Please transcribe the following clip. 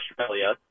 Australia